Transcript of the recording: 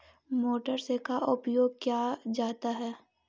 Motor से का उपयोग क्या जाता है?